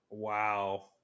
Wow